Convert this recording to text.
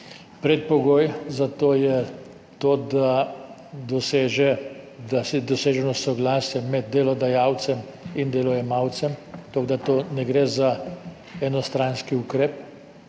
Predpogoj za to je to, da je doseženo soglasje med delodajalcem in delojemalcem, tako da ne gre za enostranski ukrep.